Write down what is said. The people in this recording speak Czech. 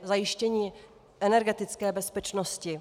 Zajištění energetické bezpečnosti.